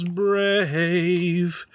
brave